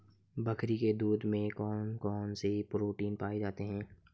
बकरी के दूध में कौन कौनसे प्रोटीन पाए जाते हैं?